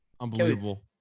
Unbelievable